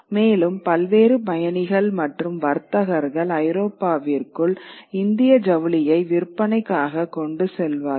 மேலும் பல்வேறு பயணிகள் மற்றும் வர்த்தகர்கள் ஐரோப்பாவிற்குள் இந்திய ஜவுளியை விற்பனைக்காக கொண்டு செல்வார்கள்